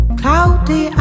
cloudy